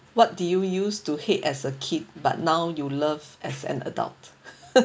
what do you use to hate as a kid but now you love as an adult